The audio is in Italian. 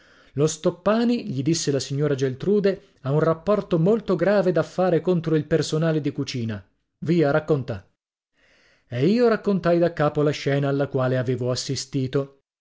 lo stoppani gli disse la signora geltrude ha un rapporto molto grave da fare contro il personale di cucina via racconta e io raccontai da capo la scena alla quale avevo assistito